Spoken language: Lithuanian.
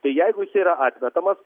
tai jeigu jisai yra atmetamas